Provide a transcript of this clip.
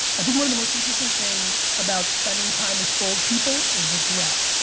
i think one of the most interesting thing about spending time with old people is regret.